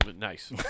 Nice